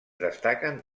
destaquen